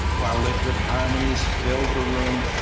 while liquid harmonies filled the room,